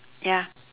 ya